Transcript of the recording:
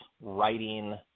writing